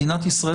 מדינת ישראל,